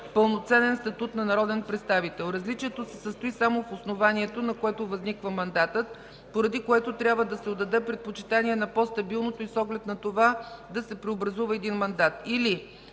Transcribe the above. пълноценен статут на народен представител. Различието се състои само в основанието, на което възниква мандатът, поради което трябва да се отдаде предпочитания на по-стабилното и с оглед на това да се преобразува един мандат.